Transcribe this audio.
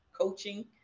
coaching